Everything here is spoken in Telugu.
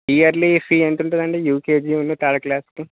ఇయర్లీ ఫీ ఎంత ఉంటుందండి యూకేజీనూ థర్డ్ క్లాస్